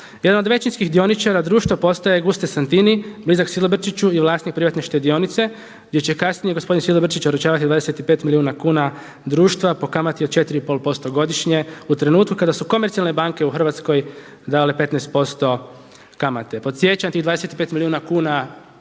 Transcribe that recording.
Jedan od većinskih dioničara društva postaje Gusta Santini blizak Silobrčiću i vlasnik privatne štedionice gdje će kasnije gospodin Silobrčić oročavati 25 milijuna kuna društva po kamati od 4,5% godišnje u trenutku kada su komercijalne banke u Hrvatskoj davale 15%. Podsjećam tih 25 milijuna kuna te